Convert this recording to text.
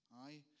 Aye